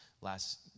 Last